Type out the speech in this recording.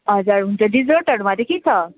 हजुर हुन्छ डेजर्टहरूमा चाहिँ के छ